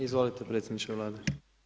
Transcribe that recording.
Izvolite predsjedniče Vlade.